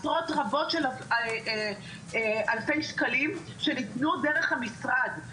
עשרות רבות של אלפי שקלים שניתנו דרך המשרד.